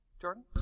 Jordan